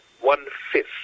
one-fifth